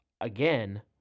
again